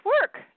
work